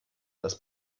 das